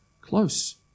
close